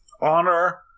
honor